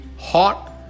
hot